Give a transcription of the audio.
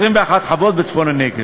21 חוות בצפון הנגב.